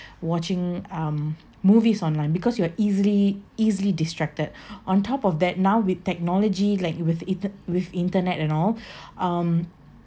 watching um movies online because you are easily easily distracted on top of that now with technology like with iter~ with internet at all um